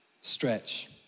Stretch